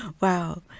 Wow